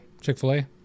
Chick-fil-A